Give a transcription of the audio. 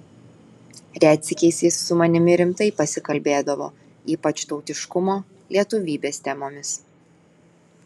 retsykiais jis su manimi rimtai pasikalbėdavo ypač tautiškumo lietuvybės temomis